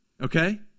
okay